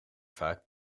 vaak